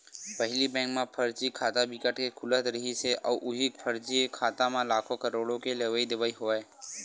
पहिली बेंक म फरजी खाता बिकट के खुलत रिहिस हे अउ उहीं फरजी खाता म लाखो, करोड़ो के लेवई देवई होवय